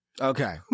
Okay